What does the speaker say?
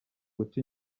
guca